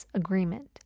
agreement